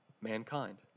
mankind